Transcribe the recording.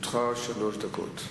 לרשותך שלוש דקות.